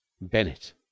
Bennett